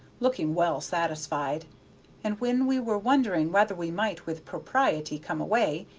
looking well satisfied and when we were wondering whether we might with propriety come away,